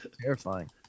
terrifying